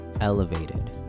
elevated